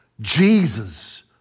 Jesus